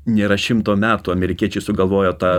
nėra šimto metų amerikiečiai sugalvojo tą